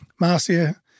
Marcia